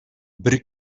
бер